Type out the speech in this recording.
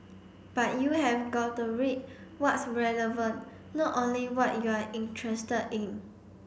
but you have got to read what's relevant not only what you're interested in